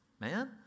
man